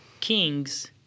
kings